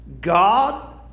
God